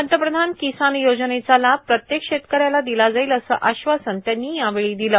पंतप्रधान किसान योजनेचा लाभ प्रत्येक शेतकऱ्याला दिला जाईल असं आश्वासन त्यांनी यावेळी दिल